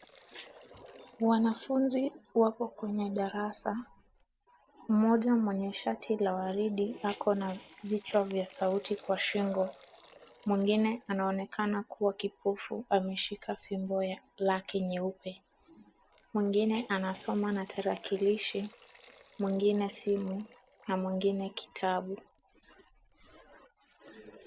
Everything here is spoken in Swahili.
Wanafunzi wako kwenye darasa. Mmoja mwenye shati la waridi ako na vichwa vya sauti kwa shingo. Mwingine anaonekana kuwa kipofu na ameshika fimbo ya rangi nyeupe. Mwingine anasoma na tarakilishi, mwingine simu na mwingine kitabu.